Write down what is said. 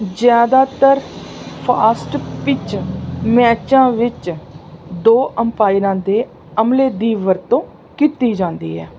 ਜ਼ਿਆਦਾਤਰ fast pitch ਮੈਚਾਂ ਵਿੱਚ ਦੋ ਅੰਪਾਇਰਾਂ ਦੇ ਅਮਲੇ ਦੀ ਵਰਤੋਂ ਕੀਤੀ ਜਾਂਦੀ ਹੈ